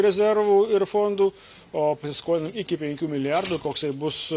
rezervų ir fondų o pasiskolino iki penkių milijardų koksai bus